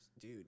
Dude